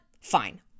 Fine